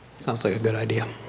sounds like a good idea.